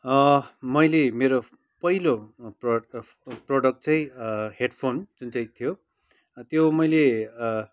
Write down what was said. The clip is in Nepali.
मैले मेरो पहिलो प्रोडक्ट चाहिँ हेडफोन जुन चाहिँ थियो त्यो मैले